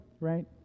right